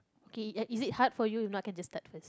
okay is it hard for you if not I can just start first